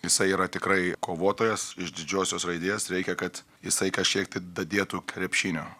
jisai yra tikrai kovotojas iš didžiosios raidės reikia kad jisai kažkiek tai dadėtų krepšinio